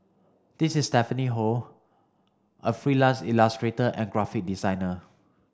this is Stephanie Ho a freelance illustrator and graphic designer